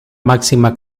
máxima